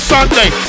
Sunday